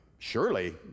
Surely